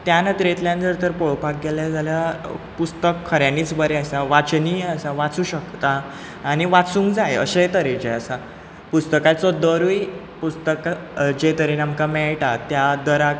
त्या नदरेंतल्यान जर तर पळोवपाक गेलें जाल्यार पुस्तक खऱ्यानीच बरें आसा वाचनीय आसा वाचूंक शकतात आनी वाचूंक जाय अशें तरेचें आसा पुस्तकाचो दरूय पुस्तक जे दरेन आमकां मेळटा त्या दराक